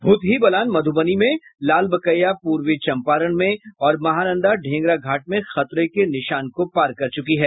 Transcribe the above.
भूथही बलान मधुबनी में लालबकेया पूर्वी चंपारण में और महानंदा ढेंगराघाट में खतरे के निशान को पार कर चुकी है